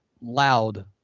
loud